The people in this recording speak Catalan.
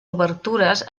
obertures